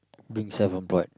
being self-employed